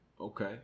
okay